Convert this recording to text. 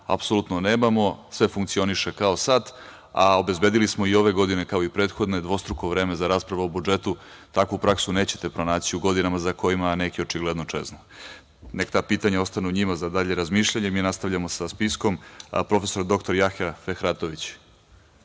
apsolutno nemamo. Sve funkcioniše kao sat, a obezbedili smo i ove godine, kao i prethodne dvostruko vreme za raspravu o budžetu. Takvu praksu nećete pronaći u godinama za kojima neki očigledno čeznu. Nek ta pitanja ostanu njima za dalje razmišljanje, mi nastavljamo sa spiskom. Reč ima prof. dr Jahja Fehratović. Izvolite.